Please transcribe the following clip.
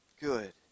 good